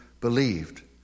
believed